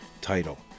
title